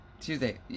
Tuesday